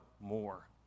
more